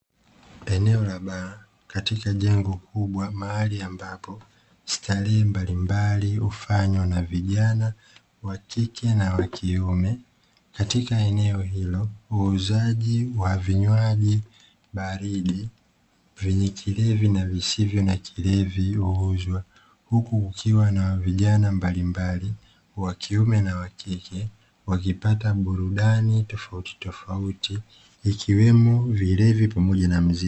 Eneo la baa katika jengo kubwa, mahali ambapo starehe mbalimbali hufanywa na vijana wa kike na wa kiume. Katika eneo hilo wauzaji wa vinywaji baridi vyenye kilevi na visivyo na kilevi huuzwa, huku kukiwa na vijana mbalimbali wa kiume na wa kike wakipata burudani tofautitofauti, ikiwemo vilevile pamoja na muziki.